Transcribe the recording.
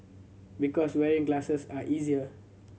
because wearing glasses are easier